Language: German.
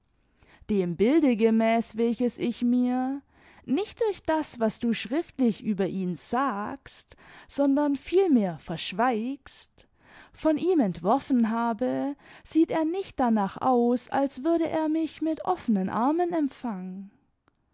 dem bilde gemäß welches ich mir nicht durch das was du schriftlich über ihn sagst sondern vielmehr verschweigst von ihm entworfen habe sieht er nicht danach aus als würde er mich mit offenen armen empfangen